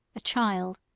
a child,